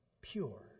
Pure